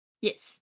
Yes